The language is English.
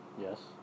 Yes